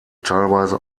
teilweise